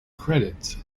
credits